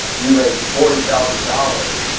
you make forty thousand dollars,